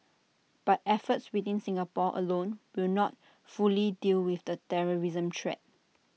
but efforts within Singapore alone will not fully deal with the terrorism threat